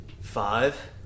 Five